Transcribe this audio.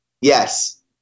Yes